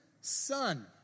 son